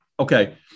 Okay